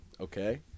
okay